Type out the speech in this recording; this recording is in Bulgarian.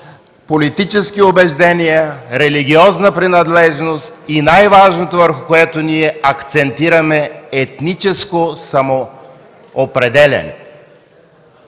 политически убеждения, религиозна принадлежност и най-важното, върху което ние акцентираме – етническото самоопределяне.